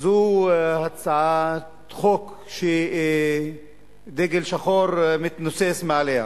זו הצעת חוק שדגל שחור מתנוסס מעליה.